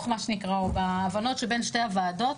מה שנקרא או בהבנות שבין שתי הוועדות,